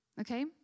Okay